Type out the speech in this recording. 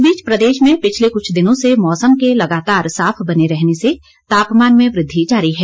इस बीच प्रदेश में पिछले कुछ दिनों से मौसम के लगातार साफ बने रहने से तापमान में वृद्धि जारी है